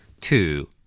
two